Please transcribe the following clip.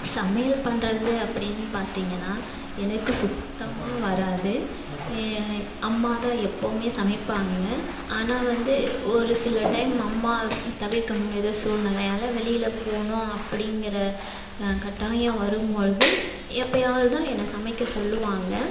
சமையல் பண்ணுறது அப்படின் பார்த்தீங்கனா எனக்கு சுத்தமாக வராது அம்மா தான் எப்போவுமே சமைப்பாங்க ஆனால் வந்து ஒரு சில டைம் அம்மா தவிர்க்க முடியாத சூழ்நிலையால வெளியில் போகணும் அப்படிங்கற கட்டாயம் வரும்பொழுது எப்பயாது தான் என்ன சமைக்க சொல்லுவாங்க